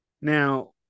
Now